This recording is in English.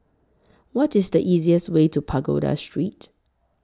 What IS The easiest Way to Pagoda Street